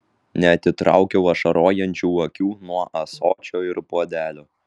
neatitraukiau ašarojančių akių nuo ąsočio ir puodelio